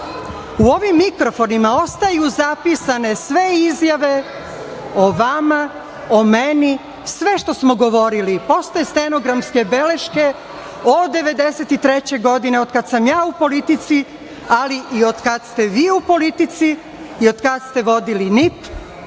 U ovim mikrofonima ostaju zapisane sve izjave o vama, o meni, sve što smo govorili. Postoje stenografske beleške od 1993. godine, od kad sam ja u politici, ali i od kad ste vi u politici i od kad ste vodili NIP